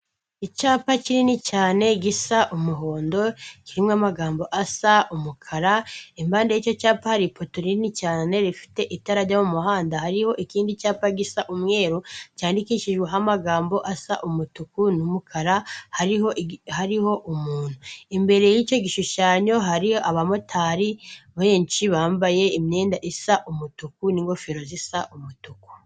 Icyapa kinini cyane gisa umuhondo kirimo amagambo asa umukara impande y'icyo cyapa hari i poto rinini cyane rifite itarajya mu muhanda hariho ikindi cyapa gisa umweru cyandikishijweho amagambo asa umutuku n'umukara hariho hariho umuntu imbere y'icyo gishushanyo hariyo abamotari benshi bambaye imyenda isa umutuku n'ingofero zisa umutuku.